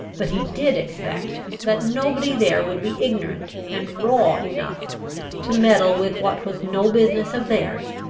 but he did expect that nobody there would be ignorant and raw enough to meddle with what was no business of theirs,